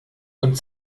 und